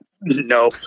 No